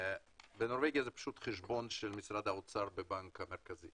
בנורבגיה זה פשוט חשבון של משרד האוצר בבנק המרכזי